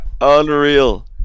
Unreal